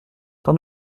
t’en